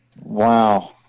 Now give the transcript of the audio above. Wow